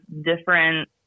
different